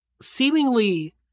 seemingly